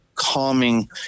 calming